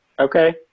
Okay